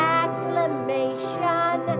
acclamation